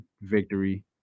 victory